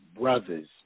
brothers